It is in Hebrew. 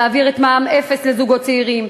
להעביר את מע"מ אפס לזוגות צעירים,